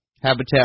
habitat